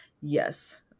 Yes